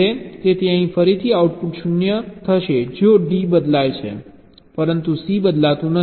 તેથી અહીં ફરીથી આઉટપુટ 0 થશે જો D બદલાય છે પરંતુ C બદલાતું નથી